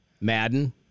Madden